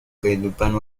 kehidupan